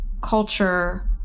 culture